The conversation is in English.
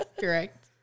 Correct